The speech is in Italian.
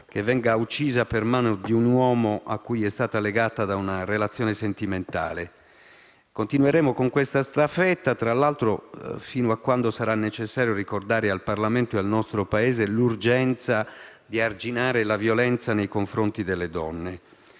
che viene uccisa per mano di un uomo a cui è stata legata da una relazione sentimentale. Continueremo con questa staffetta fino a quando sarà necessario ricordare al Parlamento e al nostro Paese l'urgenza di arginare la violenza nei confronti delle donne.